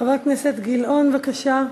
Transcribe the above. חבר הכנסת גילאון, בבקשה.